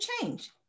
change